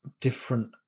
different